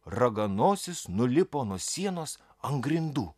raganosis nulipo nuo sienos ant grindų